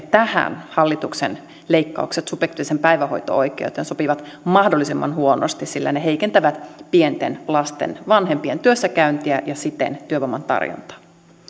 tähän hallituksen leikkaukset subjektiiviseen päivähoito oikeuteen sopivat mahdollisimman huonosti sillä ne heikentävät pienten lasten vanhempien työssäkäyntiä ja siten työvoiman tarjontaa